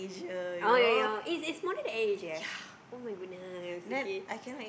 oh your your it's it's smaller than Air-Asia eh [oh]-my-goodness okay